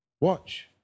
Watch